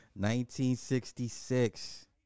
1966